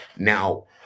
Now